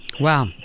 Wow